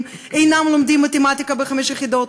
אינם לומדים מתמטיקה בהיקף חמש יחידות,